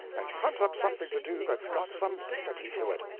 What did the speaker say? and hunt up something to do that's got some dignity to it!